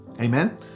Amen